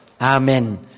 Amen